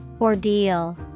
Ordeal